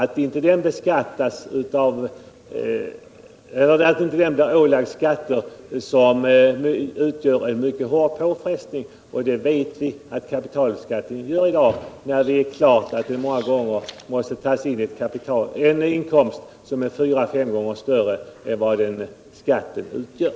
Vi måste se till att inte den gruppen åläggs att betala sådana skatter som utgör en mycket hård påfrestning — och vi vet att kapitalbeskattningen är mycket betungande i dag. Många gånger måste vederbörande ha en inkomst som är fyra eller fem gånger större än den summa som skatten utgör.